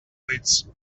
heights